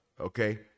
okay